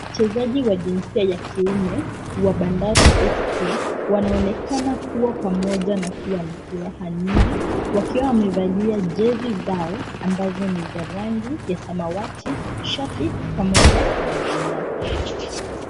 Wachezaji wa jinsi ya kiume wa Bandari FC wanaonekana kuwa pamoja na kuwa na furaha nyingi wakiwa wamevalia jezi zao ambazo ni za rangi ya samawati, shati pamoja na vinyasa.